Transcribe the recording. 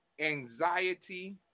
Anxiety